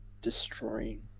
destroying